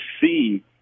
see